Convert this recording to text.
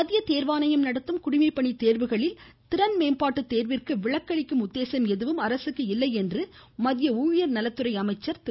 மத்திய தேர்வாணையம் நடத்தும் குடிமைப்பணி தேர்வுகளில் திறன்மேம்பாட்டு தேர்விற்கு விலக்களிக்கும் உத்தேசம் எதுவும் அரசுக்கு இல்லை என்று ஊழியர் நலத்துறை அமைச்சர் திரு